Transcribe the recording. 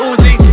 Uzi